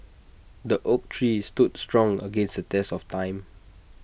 the oak tree stood strong against the test of time